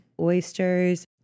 oysters